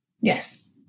yes